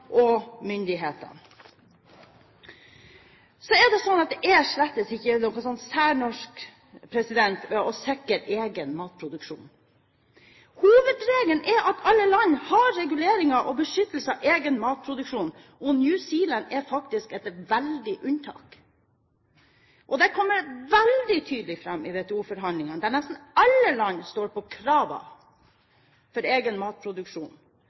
og myndighetene. Det er slett ikke noe særnorsk ved å sikre egen matproduksjon. Hovedregelen er at alle land har reguleringer og beskyttelse av egen matproduksjon. New Zealand er faktisk et veldig stort unntak. Det kommer veldig tydelig fram i WTO-forhandlingene, der nesten alle land står på kravene for egen matproduksjon,